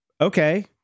okay